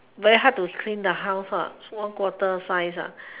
very hard to clean the house so one quarter size